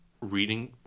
reading